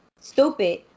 stupid